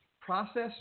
process